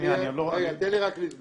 שנייה, אני עוד לא --- תן לי רק לסגור